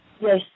Yes